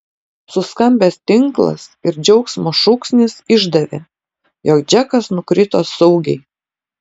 suskambęs tinklas ir džiaugsmo šūksnis išdavė jog džekas nukrito saugiai